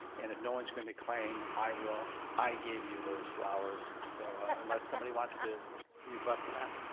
and if no one's going to claim, i will. i gave you those flowers so unless somebody wants to rebut that.